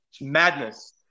madness